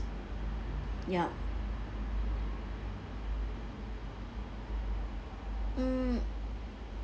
ya mm